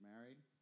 married